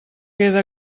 queda